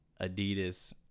adidas